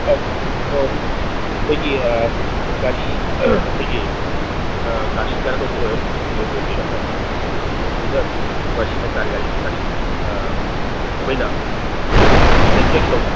ꯑꯩꯈꯣꯏꯒꯤ ꯒꯥꯔꯤ ꯑꯩꯈꯣꯏꯒꯤ ꯒꯥꯔꯤ ꯀꯩꯅꯣ ꯇꯧꯕ ꯑꯣꯏꯕꯤꯔꯕ꯭ꯔ ꯑꯩꯈꯣꯏꯒꯤ ꯄꯦꯁꯦꯟꯖꯔ ꯒꯥꯔꯤ ꯍꯥꯏ ꯇꯥꯔꯦ ꯒꯥꯔꯤ ꯒꯥꯔꯤ ꯑꯩꯈꯣꯏꯅ ꯅꯦꯛꯆꯒꯦ ꯇꯧꯕ